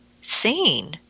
seen